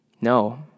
no